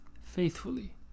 faithfully